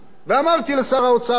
ואמרתי לשר האוצר אז,